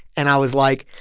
and i was like,